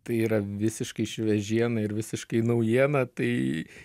tai yra visiškai šviežiena ir visiškai naujiena tai